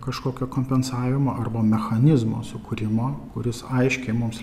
kažkokio kompensavimo arba mechanizmo sukūrimo kuris aiškiai mums